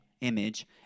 image